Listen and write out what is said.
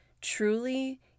truly